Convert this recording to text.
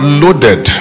loaded